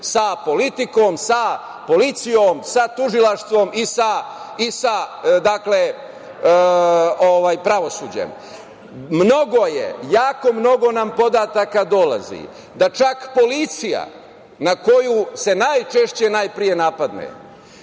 sa politikom, sa policijom, sa Tužilaštvom i sa pravosuđem. Mnogo nam podataka dolazi, da čak policija na koju se najčešće i najpre napadne